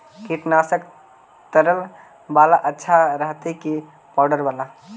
कीटनाशक तरल बाला अच्छा रहतै कि पाउडर बाला?